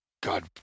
God